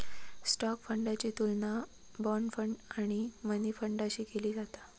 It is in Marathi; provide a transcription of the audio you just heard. स्टॉक फंडाची तुलना बाँड फंड आणि मनी फंडाशी केली जाता